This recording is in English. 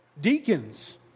Deacons